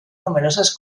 numerosas